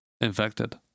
infected